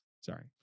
Sorry